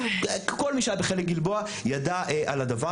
כל מי שהיה בכלא גלבוע ידע על הדבר